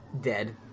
Dead